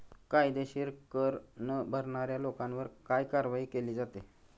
कायदेशीर कर न भरणाऱ्या लोकांवर काय कारवाई केली जाते?